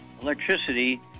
Electricity